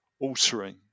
altering